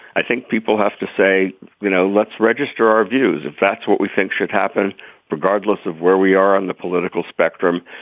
i think people have to say you know let's register our views if that's what we think should happen regardless of where we are on the political spectrum.